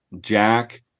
Jack